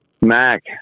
Mac